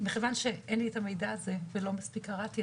מכיוון שאין לי את המידע הזה ולא מספיק קראתי,